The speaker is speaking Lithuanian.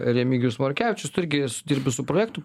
remigijus morkevičius tu irgi su dirbi su projektu